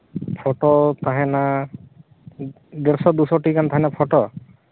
photo ᱛᱟᱦᱮᱱᱟ ᱰᱮᱲᱥᱚ ᱫᱩᱥᱚᱴᱤ ᱜᱟᱱ ᱛᱟᱦᱮᱱᱟ ᱯᱷᱚᱴᱳ